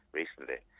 recently